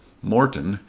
morton,